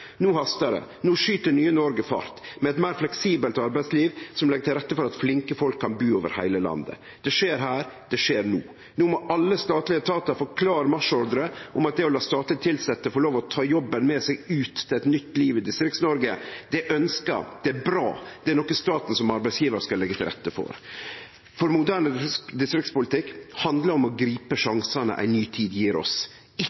No hastar det, no skyt nye Noreg fart med eit meir fleksibelt arbeidsliv som legg til rette for at flinke folk kan bu over heile landet. Det skjer her, det skjer no. No må alle statlege etatar få klar marsjordre om at det å la statleg tilsette få lov til å ta jobben med seg ut til eit nytt liv i Distrikts-Noreg er ønskt, det er bra, det er noko staten som arbeidsgjevar skal leggje til rette for. Moderne distriktspolitikk handlar om å gripe